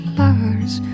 lovers